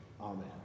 amen